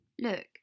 Look